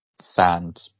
sand